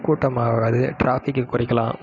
கூட்டமாக ஆகாது டிராஃபிக்கை குறைக்கலாம்